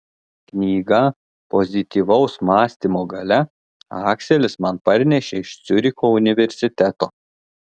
knygą pozityvaus mąstymo galia akselis man parnešė iš ciuricho universiteto